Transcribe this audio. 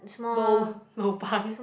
lo~ lobang